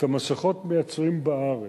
את המסכות מייצרים בארץ.